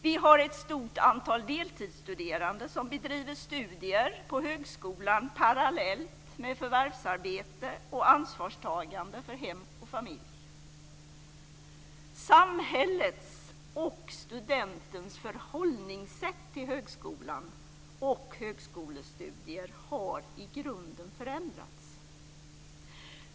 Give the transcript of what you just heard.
Vi har ett stort antal deltidsstuderande som bedriver studier på högskolan parallellt med förvärvsarbete och ansvarstagande för hem och familj. Samhällets och studentens förhållningssätt till högskolan och högskolestudier har i grunden förändrats.